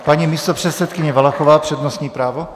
Paní místopředsedkyně Valachová přednostní právo.